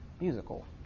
musical